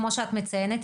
כמו שאת מציינת,